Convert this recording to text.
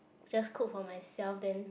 just cook for myself then